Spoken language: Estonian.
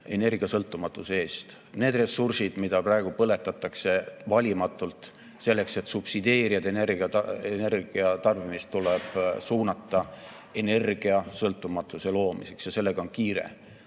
energiasõltumatuse eest. Need ressursid, mida praegu põletatakse valimatult selleks, et subsideerida energiatarbimist, tuleb suunata energiasõltumatuse loomisse. Sellega on kiire.